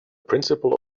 principle